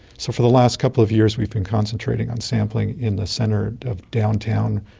so for the last couple of years we've been concentrating on sampling in the centre of downtown,